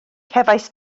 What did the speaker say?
cefais